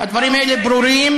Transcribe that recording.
הדברים האלה ברורים,